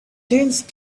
dense